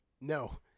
No